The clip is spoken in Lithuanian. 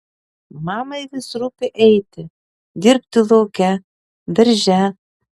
mamai vis rūpi eiti dirbti lauke darže